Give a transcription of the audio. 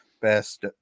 best